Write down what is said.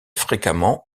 fréquemment